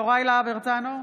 יוראי להב הרצנו,